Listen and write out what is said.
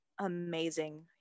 amazing